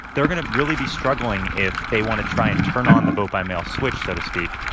they're going to really be struggling if they want to try and turn on the vote-by-mail switch, so to speak,